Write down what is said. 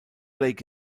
lake